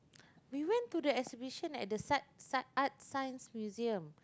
we went to the exhibition at the Sci~ Sci~ Art-Science-Museum